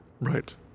Right